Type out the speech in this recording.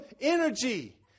energy